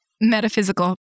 metaphysical